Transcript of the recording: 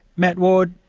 matt ward,